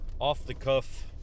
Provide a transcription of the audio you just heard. off-the-cuff